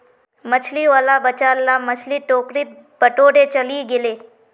मछली वाला बचाल ला मछली टोकरीत बटोरे चलइ गेले